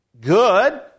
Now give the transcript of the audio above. good